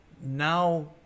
now